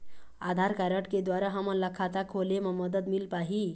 आधार card के द्वारा हमन ला खाता खोले म मदद मिल पाही का?